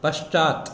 पश्चात्